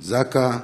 זק"א,